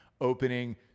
opening